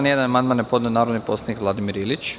Na član 1. amandman je podnela narodni poslanik Vladimir Ilić.